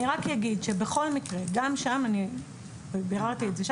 אני רק אגיד שבכל מקרה גם שם, אני ביררתי את זה.